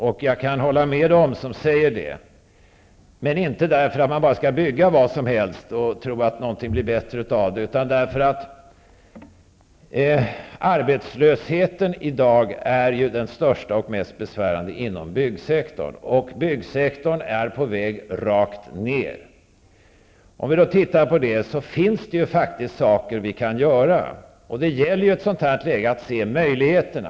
Och jag kan hålla med dem som säger det -- men inte därför att man bara skall bygga vad som helst och tro att någonting blir bättre av det, utan därför att arbetslösheten i dag är störst och mest besvärande inom byggsektorn. Och byggsektorn är på väg rakt ner. Det finns ju faktiskt saker som vi kan göra, och det gäller i ett sådant här läge att se möjligheterna.